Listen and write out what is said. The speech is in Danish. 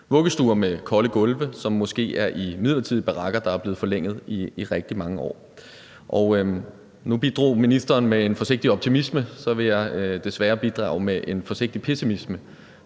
vuggestuer med kolde gulve, som måske er i midlertidige barakker, der er blevet forlænget i rigtig mange år. Nu bidrog ministeren med en forsigtig optimisme, men så vil jeg desværre bidrage med en forsigtig pessimisme,